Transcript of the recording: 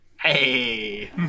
Hey